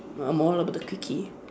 I'm all about the quickie